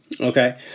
okay